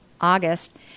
August